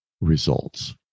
results